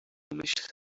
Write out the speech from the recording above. myśl